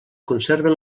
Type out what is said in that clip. conserven